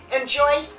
Enjoy